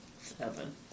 seven